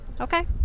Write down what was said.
Okay